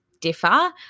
differ